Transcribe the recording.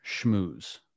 schmooze